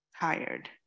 tired